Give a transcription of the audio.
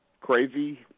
crazy